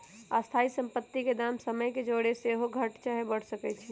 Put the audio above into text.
स्थाइ सम्पति के दाम समय के जौरे सेहो घट चाहे बढ़ सकइ छइ